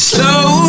Slow